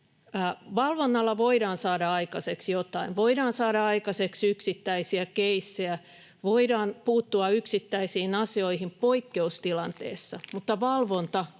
Valvonnalla voidaan saada aikaiseksi jotain. Voidaan saada aikaiseksi yksittäisiä keissejä, voidaan puuttua yksittäisiin asioihin poikkeustilanteessa, mutta valvonta on